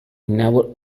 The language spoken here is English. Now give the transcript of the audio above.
never